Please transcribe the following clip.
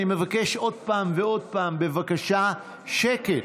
אני מבקש עוד פעם ועוד פעם, בבקשה שקט.